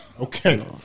Okay